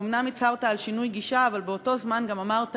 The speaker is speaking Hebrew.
אומנם הצהרת על שינוי גישה, אבל באותו זמן גם אמרת